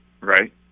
right